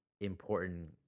important